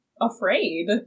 afraid